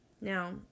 Now